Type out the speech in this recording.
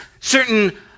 certain